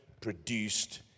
produced